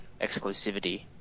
exclusivity